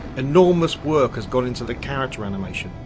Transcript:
enormous work has gone into the character animation,